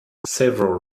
several